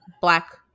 black